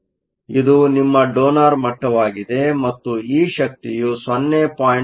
ಆದ್ದರಿಂದ ಇದು ನಿಮ್ಮ ಡೋನರ್ ಮಟ್ಟವಾಗಿದೆ ಮತ್ತು ಈ ಶಕ್ತಿಯು 0